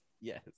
Yes